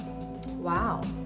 Wow